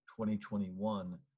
2021